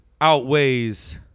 outweighs